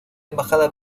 embajada